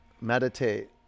Meditate